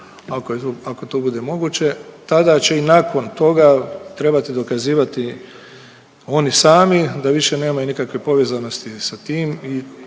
ako to bude moguće, tada će i nakon toga trebati dokazivati oni sami da više nemaju nikakve povezanosti sa tim